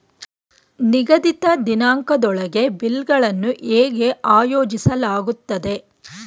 ನಿಗದಿತ ದಿನಾಂಕದೊಳಗೆ ಬಿಲ್ ಗಳನ್ನು ಹೇಗೆ ಆಯೋಜಿಸಲಾಗುತ್ತದೆ?